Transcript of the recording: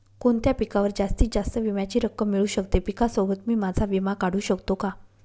कोणत्या पिकावर जास्तीत जास्त विम्याची रक्कम मिळू शकते? पिकासोबत मी माझा विमा काढू शकतो का?